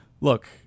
look